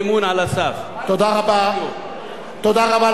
תודה רבה לשר מרגי.